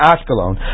Ashkelon